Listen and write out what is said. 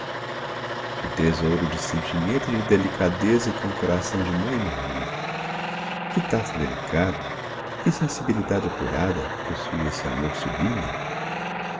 que tesouro de sentimento e de delicadeza que é um co ração de mãe meu amigo que tato delicado que sensibilidade apurada possui esse amor sublime